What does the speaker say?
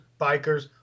bikers